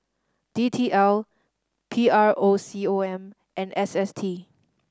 D T L P R O C O M and S S T